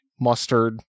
Mustard